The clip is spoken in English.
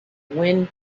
wind